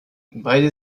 beide